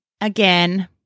again